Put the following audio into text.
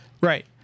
Right